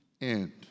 end